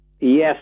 Yes